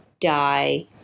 die